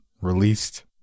released